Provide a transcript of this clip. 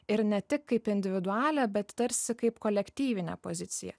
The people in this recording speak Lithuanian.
ir ne tik kaip individualią bet tarsi kaip kolektyvinę poziciją